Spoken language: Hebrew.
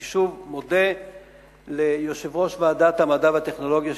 אני מודה שוב ליושב-ראש ועדת המדע והטכנולוגיה,